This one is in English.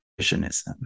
revisionism